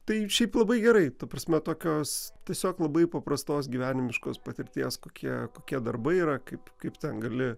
tai šiaip labai gerai ta prasme tokios tiesiog labai paprastos gyvenimiškos patirties kokie kokie darbai yra kaip kaip ten gali